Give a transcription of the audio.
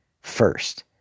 first